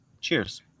cheers